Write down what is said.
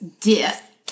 death